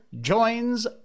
joins